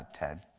ah ted.